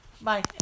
bye